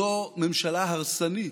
זו ממשלה הרסנית.